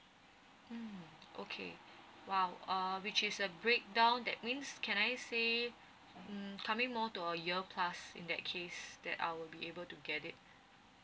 mm okay !wow! um which is a breakdown that means can I say mm mm coming more to a year plus in that case that I'll be able to get it